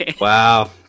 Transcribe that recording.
Wow